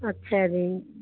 ਅੱਛਾ ਜੀ